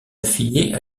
affiliée